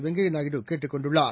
வெங்கையநாயுடு கேட்டுக் கொண்டுள்ளார்